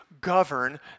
govern